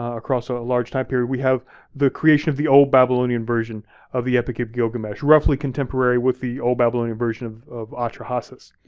across a large time period, we have the creation of the old babylonian version of the epic of gilgamesh, roughly contemporary with the old babylonian version of of atrahasis.